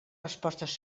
respostes